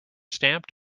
stamped